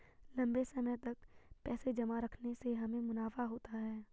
लंबे समय तक पैसे जमा रखने से हमें मुनाफा होता है